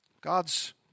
God's